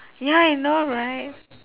ya I know right